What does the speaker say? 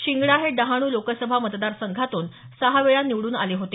शिंगडा हे डहाणू लोकसभा मतदारसंघातून सहा वेळा निवडून आले होते